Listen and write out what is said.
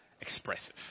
expressive